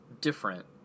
different